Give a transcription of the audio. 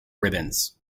ribbons